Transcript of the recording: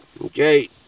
Okay